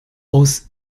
aus